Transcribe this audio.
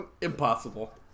Impossible